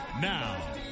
Now